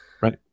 Right